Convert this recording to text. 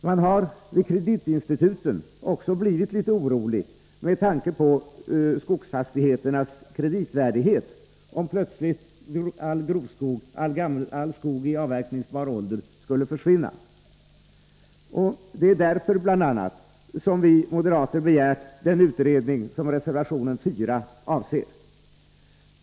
Man har vid kreditinstituten också blivit litet orolig med tanke på skogsfastigheternas kreditvärdighet, om all skog i avverkningsbar ålder plötsligt skulle försvinna. Det är bl.a. därför som vi moderater begärt den utredning som avses i reservation 4.